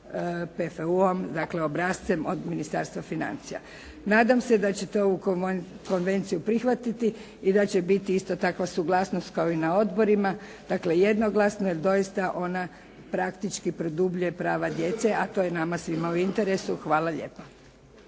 PFU-om. Dakle, obrascem od Ministarstva financija. Nadam se da ćete ovu Konvenciju prihvatiti i da će biti ista takva suglasnost kao i na odborima, dakle jednoglasno, jer doista ona praktički produbljuje prava djece, a to je nama svima u interesu. Hvala lijepa.